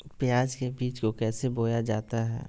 प्याज के बीज को कैसे बोया जाता है?